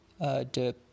de